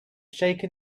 shaken